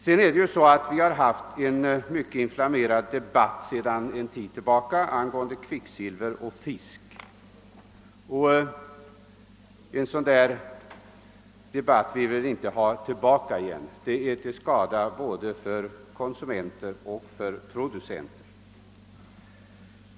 Sedan en tid tillbaka har det ju här i landet förts en mycket inflammerad debatt angående kvicksilver i fisk, och en debatt av det slaget vill vi inte ha igen — den har varit till skada för både konsumenter och producenter.